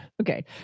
okay